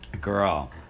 girl